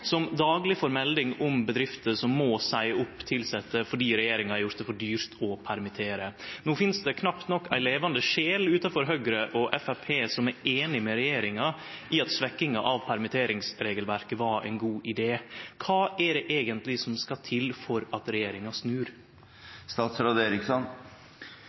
som dagleg får melding om bedrifter som må seie opp tilsette fordi regjeringa har gjort det for dyrt å permittere. No finst det knapt nok ei levande sjel utanfor Høgre og Framstegspartiet som er einig med regjeringa i at svekkinga av permitteringsregelverket var ein god idé. Kva er det eigentleg som skal til for at regjeringa